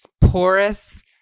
porous